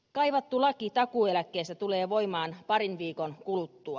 kaivattu laki takuueläkkeestä tulee voimaan parin viikon kuluttua